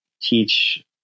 teach